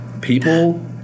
people